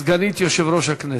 סגנית יושב-ראש הכנסת.